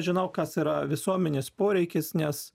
žinau kas yra visuomenės poreikis nes